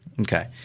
Okay